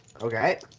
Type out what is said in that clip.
Okay